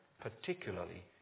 particularly